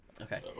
Okay